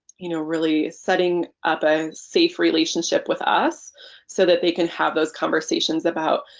you know really setting up a safe relationship with us so that they can have those conversations about,